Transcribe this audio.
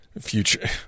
Future